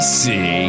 see